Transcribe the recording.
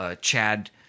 Chad